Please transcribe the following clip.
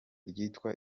ryitwa